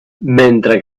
mentre